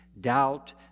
doubt